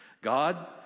God